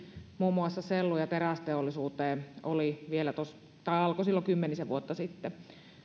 muun muassa sellu ja terästeollisuuteen alkoi silloin kymmenisen vuotta sitten